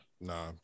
Nah